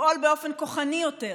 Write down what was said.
לפעול באופן כוחני יותר.